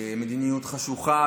מדיניות חשוכה,